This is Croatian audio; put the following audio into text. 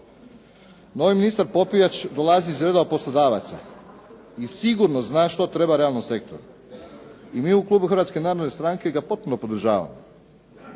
Novi ministar Popijač dolazi iz redova poslodavaca i sigurno zna što treba realnom sektoru. I mi u klubu Hrvatske narodne stranke ga potpuno podržavamo.